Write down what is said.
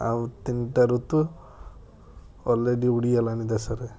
ଆଉ ତିନିଟା ଋତୁ ଅଲରେଡ଼ି ଉଡ଼ିଗଲାଣି ଦେଶରେ